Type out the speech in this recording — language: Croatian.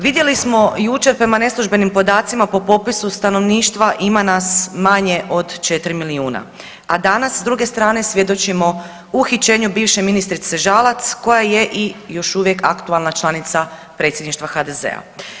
Vidjeli smo jučer prema neslužbenim podacima po popisu stanovništva ima nas manje od 4 milijuna, a danas s druge strane svjedočimo uhićenju bivše ministrice Žalac koja je i još uvijek aktualna članica predsjedništava HDZ-a.